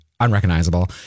Unrecognizable